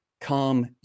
come